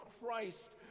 Christ